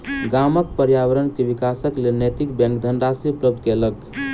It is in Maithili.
गामक पर्यावरण के विकासक लेल नैतिक बैंक धनराशि उपलब्ध केलक